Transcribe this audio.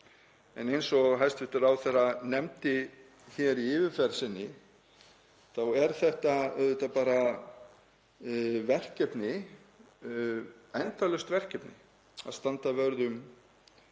en eins og hæstv. ráðherra nefndi hér í yfirferð sinni er þetta auðvitað bara verkefni, endalaust verkefni, að standa vörð um